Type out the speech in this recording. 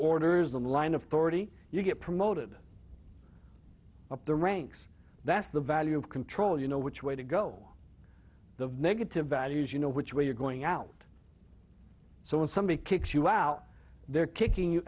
orders on line of thirty you get promoted up the ranks that's the value of control you know which way to go the negative values you know which way you're going out so when somebody kicks you out they're kicking you